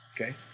Okay